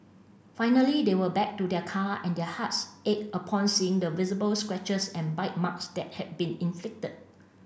finally they were back to their car and their hearts ached upon seeing the visible scratches and bite marks that had been inflicted